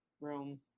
room